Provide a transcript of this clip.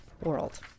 world